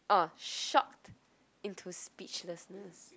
oh shocked into speechlessness